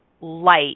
light